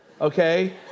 Okay